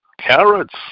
carrots